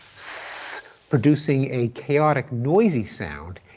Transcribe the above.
so producing a chaotic noisy sound.